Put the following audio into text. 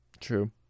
true